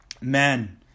Man